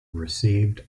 received